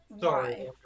Sorry